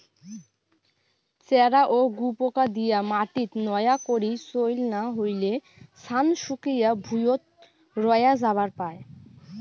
চ্যারা ও গুপোকা দিয়া মাটিত নয়া করি চইল না হইলে, ছান শুকিয়া ভুঁইয়ত রয়া যাবার পায়